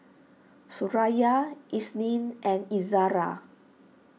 Suraya Isnin and Izara